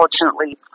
unfortunately